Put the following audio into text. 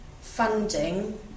funding